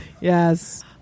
Yes